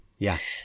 Yes